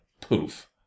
poof